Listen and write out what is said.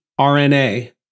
RNA